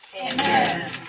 Amen